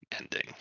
ending